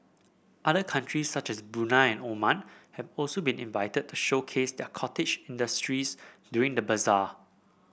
other countries such as Brunei Oman have also been invited to showcase their cottage industries during the bazaar